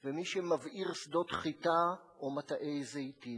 ומי שמבעיר שדות חיטה או מטעי זיתים,